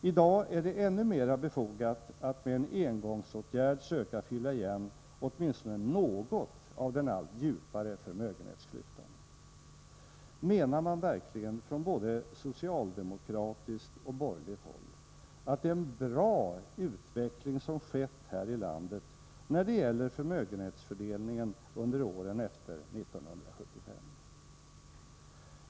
I dag är det ännu mer befogat att med en engångsåtgärd söka fylla igen åtminstone något av den allt djupare förmögenhetsklyftan. Menar man verkligen från både socialdemokratiskt och borgerligt håll att det är en bra utveckling som har skett här i landet när det gäller förmögenhetsfördelningen under åren efter 1975?